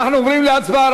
אנחנו עוברים להצבעה,